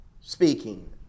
speaking